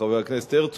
חבר הכנסת הרצוג,